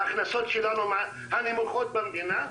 ההכנסות שלנו הן מהנמוכות במדינה.